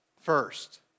First